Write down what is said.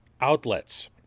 outlets